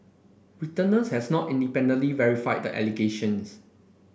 Reuters has not independently verified the allegations